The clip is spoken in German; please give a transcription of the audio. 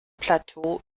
plateau